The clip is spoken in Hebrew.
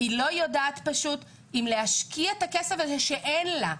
לא יודעת אם להשקיע את הכסף הזה שאין לה.